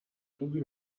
خوبی